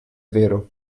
vero